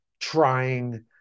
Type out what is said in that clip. trying